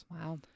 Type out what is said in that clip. Wow